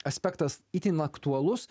aspektas itin aktualus